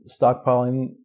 stockpiling